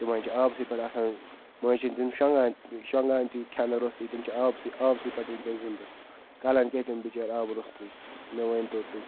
تِمَن چھِ آبسٕے پٮ۪ٹھ آسان مٔنٛزۍ چھِنہٕ تِم شۄگان شۄنٛگان تہِ کھٮ۪نہٕ روٚستے تِم چھِ آبسٕے آبسٕے پٮ۪ٹھ وٕنۍکٮ۪س زِندٕ کَرَن کیٛاہ تِم بِچٲرۍ آبہٕ روٚستُے مےٚ ؤنۍتو تُہۍ